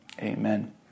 amen